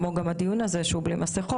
כמו גם הדיון הזה שהוא בלי מסכות,